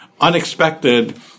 unexpected